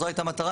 זו הייתה המטרה.